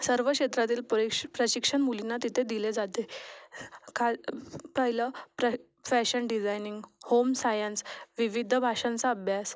सर्व क्षेत्रातील परिक्ष प्रशिक्षण मुलींना तिथे दिले जाते काल पहिलं प्र फॅशन डिझायनिंग होम सायन्स विविध भाषांचा अभ्यास